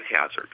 hazard